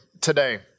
today